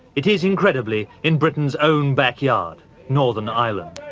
it is incredibly in britain's own backyard northern ireland